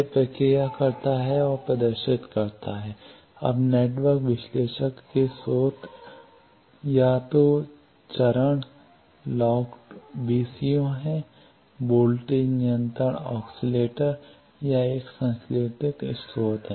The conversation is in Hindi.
यह प्रक्रिया करता है और प्रदर्शित करता है अब नेटवर्क विश्लेषक के स्रोत या तो चरण लॉक्ड VCO है वोल्टेज नियंत्रण ऑक्सीलेटर oscillator या एक संश्लेषित स्रोत है